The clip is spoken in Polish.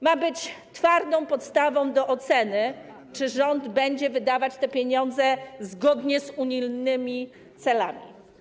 Ma być twardą podstawą do oceny, czy rząd będzie wydawać te pieniądze zgodnie z unijnymi celami.